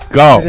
go